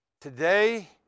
Today